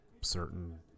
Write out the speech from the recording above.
certain